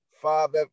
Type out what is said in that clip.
Five